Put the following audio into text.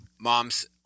Moms